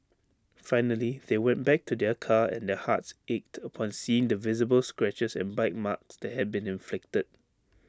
finally they went back to their car and their hearts ached upon seeing the visible scratches and bite marks that had been inflicted